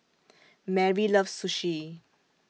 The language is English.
Merri loves Sushi